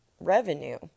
revenue